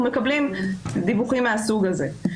אבל אנחנו מקבלים דיווחים מהסוג הזה.